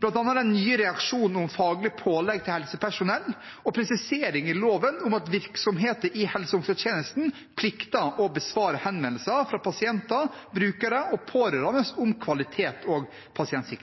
bl.a. den nye reaksjonen om faglig pålegg til helsepersonell og presisering i loven om at virksomheter i helse- og omsorgstjenesten plikter å besvare henvendelser fra pasienter, brukere og pårørende om